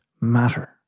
matter